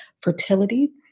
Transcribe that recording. Fertility